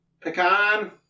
pecan